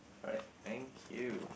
alright thank you